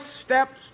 steps